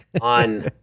on